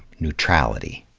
neutrality.